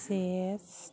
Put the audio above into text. chess